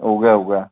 उ'ऐ उ'ऐ